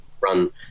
run